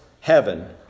heaven